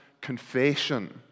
confession